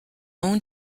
own